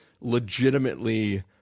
legitimately